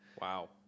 wow